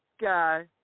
guy